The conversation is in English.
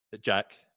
Jack